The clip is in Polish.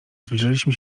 zbliżaliśmy